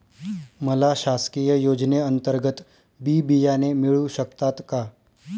मला शासकीय योजने अंतर्गत बी बियाणे मिळू शकतात का?